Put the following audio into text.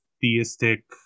theistic